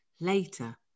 later